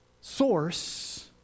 source